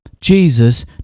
Jesus